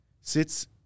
sits